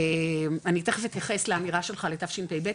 אני תיכף אתייחס לאמירה שלך לתשפ"ב,